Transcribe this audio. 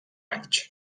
anys